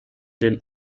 den